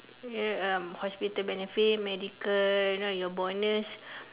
uh um hospital benefit medical you know your bonus